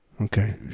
Okay